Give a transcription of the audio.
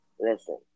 Listen